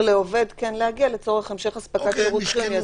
לעובד כן להגיע לצורך המשך הספקת שירות חיוני.